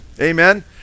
amen